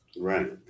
Right